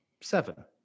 seven